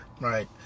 Right